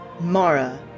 Mara